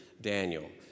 Daniel